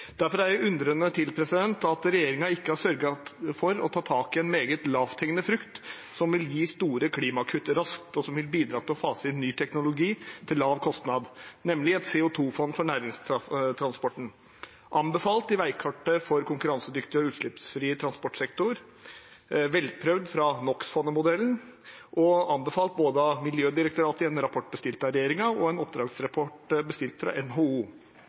Derfor er jeg undrende til at regjeringen ikke har sørget for å ta tak i en meget lavthengende frukt som vil gi store klimakutt raskt, og som vil bidra til å fase inn ny teknologi til lav kostnad, nemlig et CO 2 -fond for næringstransporten, anbefalt i veikartet for konkurransedyktig og utslippsfri transportsektor, velprøvd fra NO x -fondet-modellen og anbefalt av både Miljødirektoratet i en rapport bestilt av regjeringen og en oppdragsrapport bestilt fra NHO,